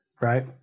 right